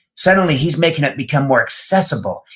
suddenly, he's making it become more accessible.